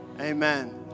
Amen